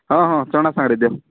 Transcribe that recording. ହଁ ହଁ ଚଣା ସାଙ୍ଗରେ ଦିଅ